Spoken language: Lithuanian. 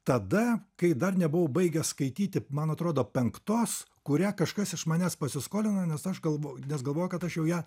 tada kai dar nebuvau baigęs skaityti man atrodo penktos kurią kažkas iš manęs pasiskolino nes aš galvo nes galvoju kad aš jau ją